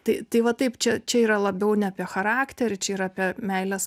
tai tai va taip čia čia yra labiau ne apie charakterį čia apie meilės